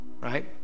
Right